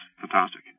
fantastic